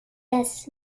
das